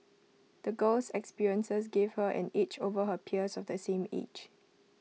the girl's experiences gave her an edge over her peers of the same age